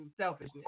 selfishness